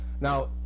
Now